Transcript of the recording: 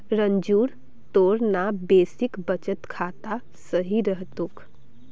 रंजूर तोर ना बेसिक बचत खाता सही रह तोक